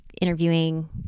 interviewing